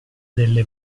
delle